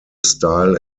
style